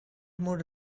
mood